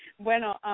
Bueno